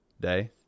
day